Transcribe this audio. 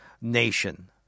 nation